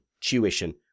tuition